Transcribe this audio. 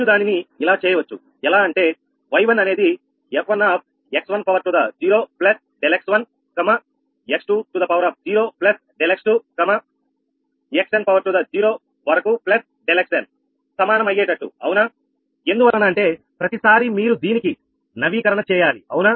మీరు దానిని ఇలా చేయవచ్చు ఎలా అంటే y1 అనేది 𝑓1 x1 ∆x1 x2 ∆x xnవరకు ∆xn సమానం అయ్యేటట్టు అవునా ఎందువలన అంటే ప్రతిసారీ మీరు దీనిని నవీకరణ చేయాలి అవునా